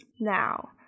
Now